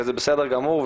וזה בסדר גמור,